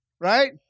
right